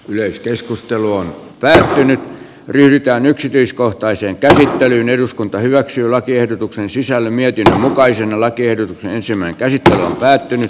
yleiskeskustelua täällä nyt yhtään yksityiskohtaiseen käsittelyyn eduskunta hyväksyy lakiehdotuksen sisällä mietitä mukaisen alatiedot läheisimmän käsittely mukaiset ohjeet